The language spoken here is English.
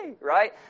Right